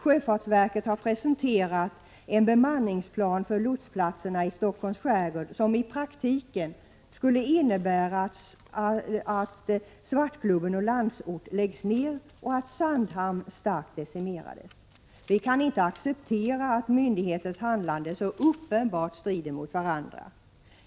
Sjöfartsverket har presenterat en bemanningsplan för lotsplatserna i Stockholms skärgård som i praktiken skulle innebära att Svartklubben och Landsort lades ner och att Sandhamn starkt decimerades. Vi kan inte acceptera att myndigheters handlanden så uppenbart strider mot varandra.